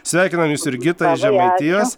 sveikiname jus jurgita iš žemaitijos